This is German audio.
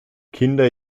kinder